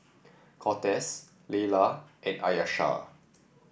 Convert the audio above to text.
Cortez Laylah and Ayesha